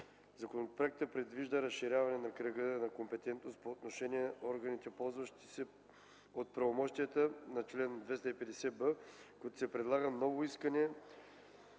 Законопроектът предвижда разширяване кръга на компетентност по отношение органите, ползващи се от правомощията на чл. 250б, като се предлага право за искане